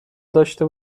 داشته